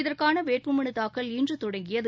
இதற்கான வேட்புமனு தாக்கல் இன்று துவங்கியது